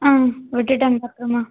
ம் விட்டுட்டேன் டாக்டரம்மா